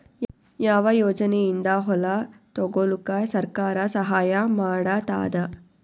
ಯಾವ ಯೋಜನೆಯಿಂದ ಹೊಲ ತೊಗೊಲುಕ ಸರ್ಕಾರ ಸಹಾಯ ಮಾಡತಾದ?